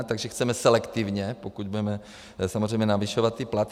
Takže chceme selektivně, pokud budeme samozřejmě navyšovat ty platy.